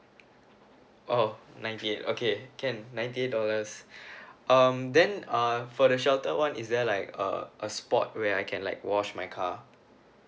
oh ninety eight okay can ninety eight dollars um then uh for the shelter one is there like uh a spot where I can like wash my car